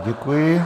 Děkuji.